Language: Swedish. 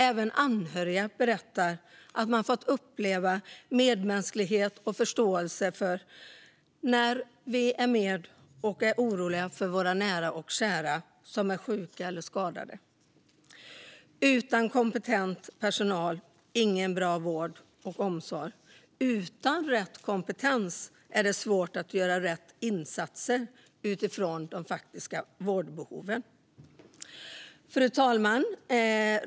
Även anhöriga berättar att de har fått uppleva medmänsklighet och förståelse när de varit oroliga för nära och kära som varit sjuka eller skadade. Utan kompetent personal blir det ingen bra vård och omsorg. Utan rätt kompetens är det svårt att göra rätt insatser utifrån de faktiska vårdbehoven. Fru talman!